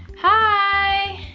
hi,